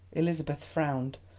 elizabeth frowned.